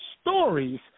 stories